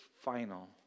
final